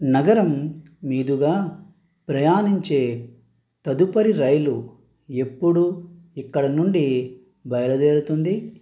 నగరం మీదుగా ప్రయాణించే తదుపరి రైలు ఎప్పుడు ఇక్కడ నుండి బయలుదేరుతుంది